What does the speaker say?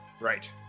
Right